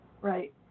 Right